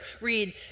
read